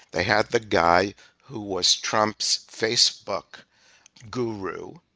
they had the guy who was trump's facebook guru